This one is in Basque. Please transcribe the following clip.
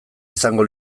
izango